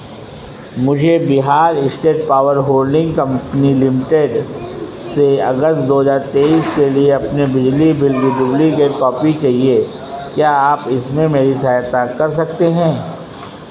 मुझे Bihar state power holding company limited से अगस्त दो हज़ार तेईस के लिए अपने बिजली बिल की डुब्लिकेट कॉपी चाहिए क्या आप इसमें मेरी सहायता कर सकते हैं